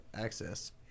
access